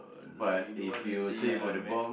no you don't want to see uh your mag